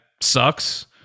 sucks